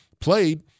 played